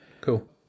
cool